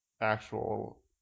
actual